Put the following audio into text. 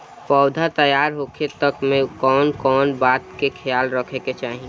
पौधा तैयार होखे तक मे कउन कउन बात के ख्याल रखे के चाही?